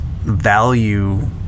value